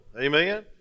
Amen